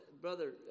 brother